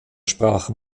sprache